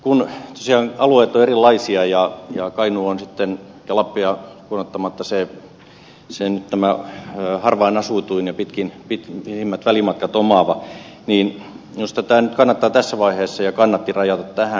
kun tosiaan alueet ovat erilaisia ja kainuu on lappia lukuun ottamatta harvaanasutuin ja pisimmät välimatkat omaava niin minusta tämä nyt kannattaa tässä vaiheessa ja kannatti rajata tähän